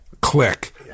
click